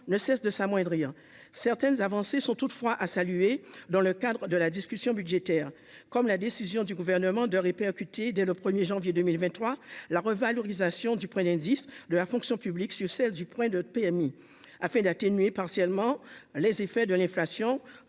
ne cesse de s'amoindrir certaines avancées sont toutefois a salué, dans le cadre de la discussion budgétaire comme la décision du gouvernement de répercuter dès le 1er janvier 2023 la revalorisation du point d'indice de la fonction publique sur celle du point de PMI afin d'atténuer partiellement les effets de l'inflation